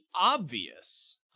obvious